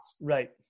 Right